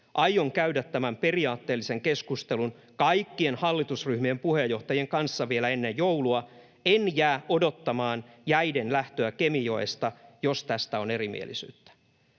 Aion käydä tämän periaatteellisen keskustelun kaikkien hallitusryhmien puheenjohtajien kanssa vielä ennen joulua. En jää odottamaan jäiden lähtöä Kemijoesta, jos tästä on erimielisyyttä.”